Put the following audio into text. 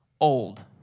old